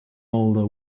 older